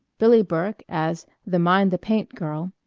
billie burke as the mind-the-paint girl,